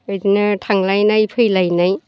बिदिनो थांलायनाय फैलायनाय